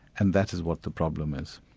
and that is what the problem is.